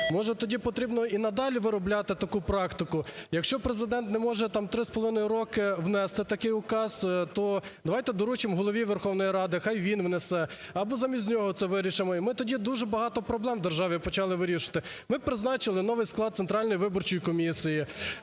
може, тоді потрібно і надалі виробляти таку практику. Якщо Президент не може там три з половиною роки внести такий указ, то давайте доручимо Голові Верховної Ради, хай він внесе, або замість нього це вирішимо. І ми б тоді дуже багато проблем в державі почали вирішувати. Ми б призначили новий склад Центральної виборчої комісії,